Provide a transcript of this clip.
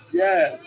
yes